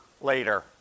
later